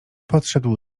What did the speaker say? podszedł